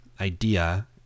idea